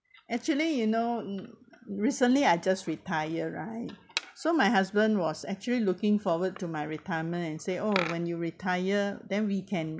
actually you know mm recently I just retire right so my husband was actually looking forward to my retirement and say oh when you retire then we can